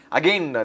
again